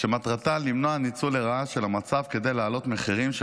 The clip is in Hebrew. שמטרתה למנוע ניצול לרעה של המצב כדי לעלות מחירים של